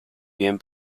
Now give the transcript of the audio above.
bien